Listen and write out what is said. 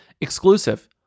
Exclusive